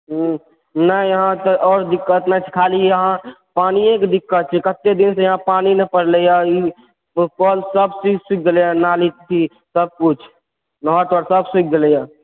ने यहाँ तऽ आओर दिक्कत नहि छै खाली यहाँ पानिये कऽ दिक्कत छै कत्तेक दिन सऽ यहाँ पानि नहि पड़लैहै कल सब से सुखि गेलै हे नाली सऽ सबकुछ नहर तहर सब सुखि गेलै हे